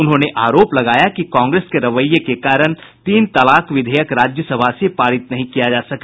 उन्होंने आरोप लगाया कि कांग्रेस के रवैये के कारण तीन तलाक विधेयक राज्यसभा से पारित नहीं किया जा सका